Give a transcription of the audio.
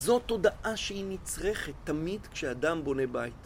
זו תודעה שהיא נצרכת תמיד כשאדם בונה בית.